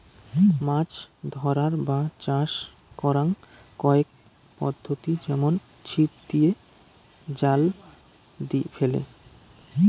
মাছ ধরার বা চাষ করাং কয়েক পদ্ধতি যেমন ছিপ দিয়ে, জাল ফেলে